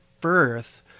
birth